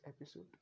episode